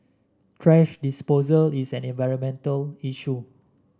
thrash disposal is an environmental issue